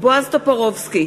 בועז טופורובסקי,